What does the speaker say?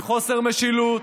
וחוסר משילות